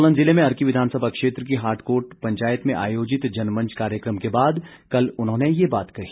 सोलन जिले में अर्की विधानसभा क्षेत्र की हाटकोट पंचायत में आयोजित जनमंच कार्यक्रम के बाद कल उन्होंने ये बात कही